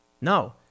No